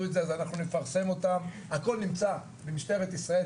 את זה אז אנחנו נפרסם אותם' הכל נמצא במשטרת ישראל,